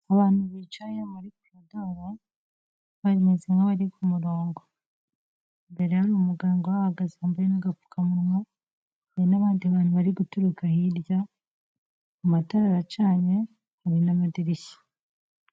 abantu bicaye muri koridoro bameze nk'abari ku murongo imbere hari umuganga uhahagaze wambaye n'agapfukamunwa dore n'abandi bantu bari guturuka hirya amatarai aracanye hari n'amadirishya